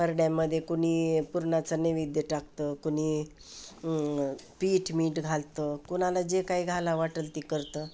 परड्यामध्ये कुणी पुरणाचा नैवेद्य टाकतं कुणी पीठ मीठ घालतं कुणाला जे काही घाला वाटेल ते करतं